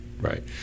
right